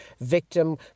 Victim